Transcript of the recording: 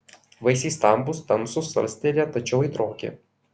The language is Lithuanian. vaisiai stambūs tamsūs salstelėję tačiau aitroki